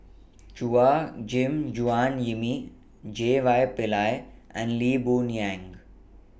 Chua Gim Guan Yimmy J Y Pillay and Lee Boon Yang